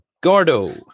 Gordo